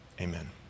Amen